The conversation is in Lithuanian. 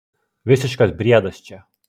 visiškas briedas čia